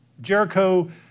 Jericho